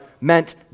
meant